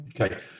Okay